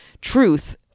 truth